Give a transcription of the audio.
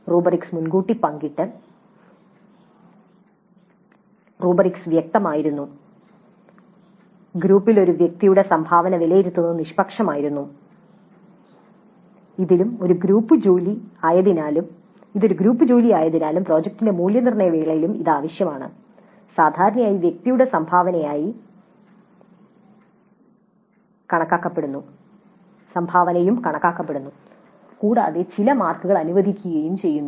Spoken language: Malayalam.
"റുബ്രിക്സ് മുൻകൂട്ടി പങ്കിട്ടു" "റുബ്രിക്സ് വ്യക്തമായിരുന്നു" "ഗ്രൂപ്പിലെ ഒരു വ്യക്തിയുടെ സംഭാവന വിലയിരുത്തുന്നത് നിഷ്പക്ഷമായിരുന്നു" ഇത് ഒരു ഗ്രൂപ്പ് ജോലിയായതിനാലും പ്രോജക്റ്റിന്റെ മൂല്യനിർണ്ണയ വേളയിലും ഇത് ആവശ്യമാണ് സാധാരണയായി വ്യക്തിയുടെ സംഭാവനയും കണക്കാക്കപ്പെടുന്നു കൂടാതെ ചില മാർക്ക് അനുവദിക്കുകയും ചെയ്യുന്നു